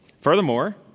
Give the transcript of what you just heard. Furthermore